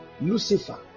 Lucifer